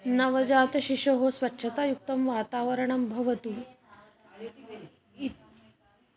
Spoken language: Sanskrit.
नवजातशिशोः स्वच्छतायुक्तं वातावरणं भवतु